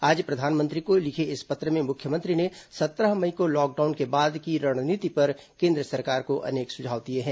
आज प्रधानमंत्री को लिखे इस पत्र में मुख्यमंत्री ने सत्रह मई को लॉकडाउन के बाद की रणनीति पर केन्द्र सरकार को अनेक सुझाव दिए हैं